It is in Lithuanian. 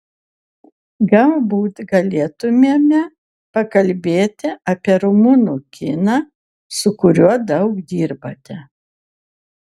galbūt galėtumėme pakalbėti apie rumunų kiną su kuriuo daug dirbate